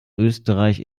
österreich